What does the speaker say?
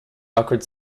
awkward